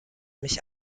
mich